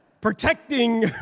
protecting